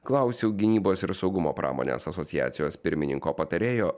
klausiau gynybos ir saugumo pramonės asociacijos pirmininko patarėjo